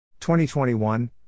2021